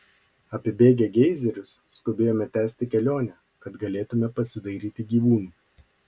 apibėgę geizerius skubėjome tęsti kelionę kad galėtumėme pasidairyti gyvūnų